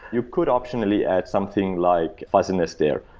you could optionally add something like fuzziness there.